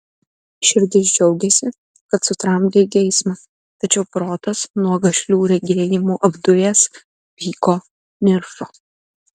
širdis džiaugėsi kad sutramdei geismą tačiau protas nuo gašlių regėjimų apdujęs pyko niršo